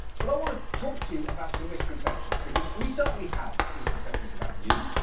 but i want to talk to you about some misconceptions because we certainly have misconceptions about you,